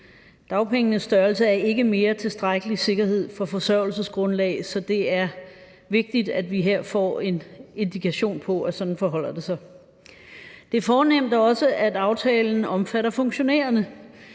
Dagpengenes størrelse er ikke mere tilstrækkelig sikkerhed for et forsørgelsesgrundlag, så det er vigtigt, at vi her får en indikation af, at det forholder sig sådan. Det er fornemt, at aftalen også omfatter funktionærerne.